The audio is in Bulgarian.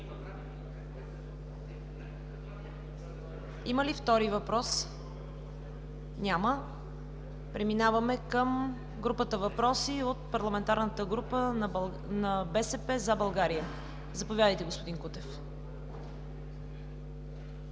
Има ли втори въпрос? Няма. Преминаваме към групата въпроси от Парламентарната група на БСП за България. Заповядайте, господин Кутев.